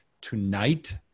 tonight